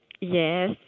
Yes